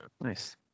Nice